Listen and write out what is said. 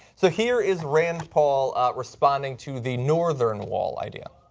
so here is rand paul responding to the northern wall idea.